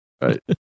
Right